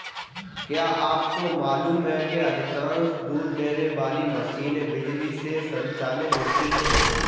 क्या आपको मालूम है कि अधिकांश दूध देने वाली मशीनें बिजली से संचालित होती हैं?